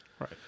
Right